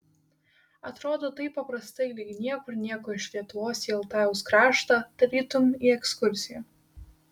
atrodo taip paprastai lyg niekur nieko iš lietuvos į altajaus kraštą tarytum į ekskursiją